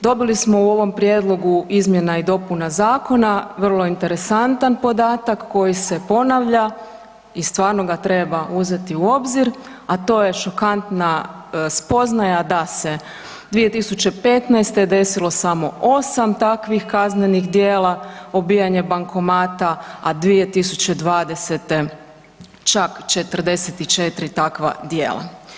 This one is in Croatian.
Dobili smo u ovom prijedlogu izmjena i dopuna zakona vrlo interesantan podatak koji se ponavlja i stvarno ga treba uzeti u obzir, a to je šokantna spoznaja da se 2015.-te desilo samo 8 takvih kaznenih djela obijanja bankomata, a 2020.-te čak 44 takva djela.